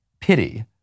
pity